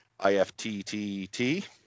IFTTT